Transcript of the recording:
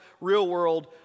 real-world